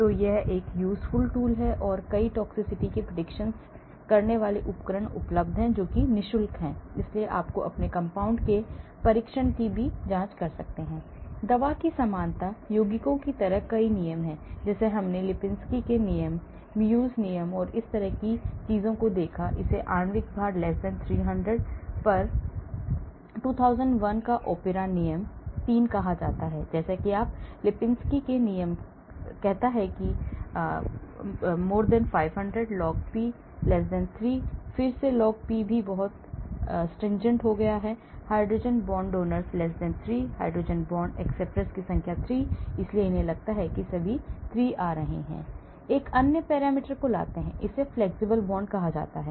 तो यह एक useful tool है और कई toxicity की predictions करने वाले उपकरण उपलब्ध नि शुल्क उपलब्ध हैं इसलिए आप अपने compound के परीक्षण जाँच भी कर सकते हैं दवा की समानता यौगिकों की तरह कई नियम हैं जैसे हमने लिपिंस्की के नियम म्यूज नियम और इस तरह की चीजों को देखा इसे आणविक भार 300 पर 2001 का ओपरा नियम 3 कहा जाता है जैसा कि आप लिपिंस्की के नियम कहता कि 500 लॉग पी 3 फिर से लॉग पी भी बहुत stringent हो गया है hydrogen bond donors 3 hydrogen bond acceptor की संख्या 3 इसलिए उन्हें लगता है कि सभी 3 आ रहे हैं एक अन्य पैरामीटर में लाते हैं जिसे flexible bond कहा जाता है